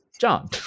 John